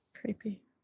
creepy